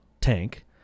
tank